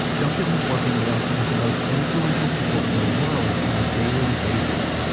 duncan was working around some of the most influential people in the world on a daily basis,